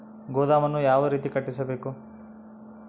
ಗೋದಾಮನ್ನು ಯಾವ ರೇತಿ ಕಟ್ಟಿಸಬೇಕು?